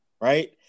Right